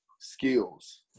skills